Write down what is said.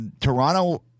Toronto